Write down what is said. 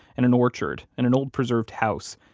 and an orchard, and an old preserved house,